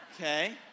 Okay